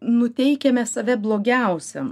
nuteikiame save blogiausiam